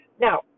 now